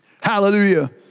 Hallelujah